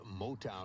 Motown